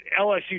LSU